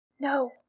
No